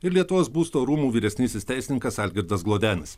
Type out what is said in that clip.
ir lietuvos būsto rūmų vyresnysis teisininkas algirdas glodenis